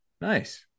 Nice